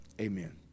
amen